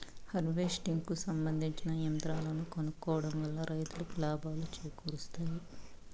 harvesting కు సంబందించిన యంత్రాలను కొనుక్కోవడం వల్ల రైతులకు లాభాలను చేకూరుస్తాయి